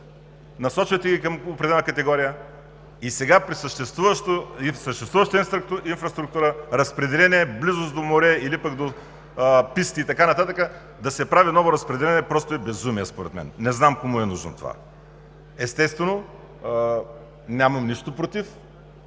Насочвате ги към определена категория и сега, при съществуващата инфраструктура, разпределение в близост до море или пък до писти и така нататък, да се прави ново разпределение е просто безумие според мен. Не знам кому е нужно това. Естествено, нямам нищо против